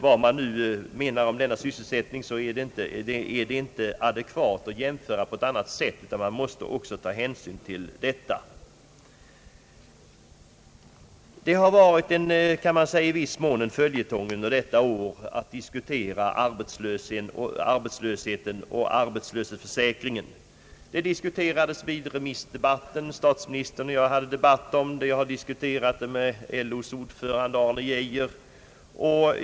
Vad man än anser om denna sysselsättning, så är det inte adekvat att jämföra den med normal sysselsätt ning, utan man måste ta hänsyn till dess särskilda karaktär. Man kan säga att det i viss mån har varit en följetong att diskutera både arbetslösheten och arbetslöshetsförsäkringen. Dessa frågor diskuterades vid remissdebatten. Statsministern och jag hade en debatt om dem. Jag har diskuterat med LO:s ordförande, Arne Geijer.